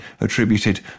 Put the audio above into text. attributed